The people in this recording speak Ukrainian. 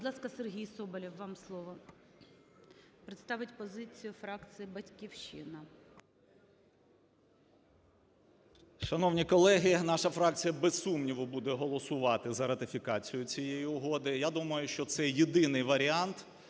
Будь ласка, Сергій Соболєв, вам слово, представить позицію фракції "Батьківщина". 11:03:31 СОБОЛЄВ С.В. Шановні колеги! Наша фракція, без сумніву, буде голосувати за ратифікацію цієї угоди. Я думаю, що це єдиний варіант